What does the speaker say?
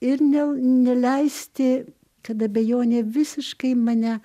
ir ne neleisti kad abejonė visiškai mane